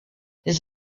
les